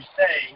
say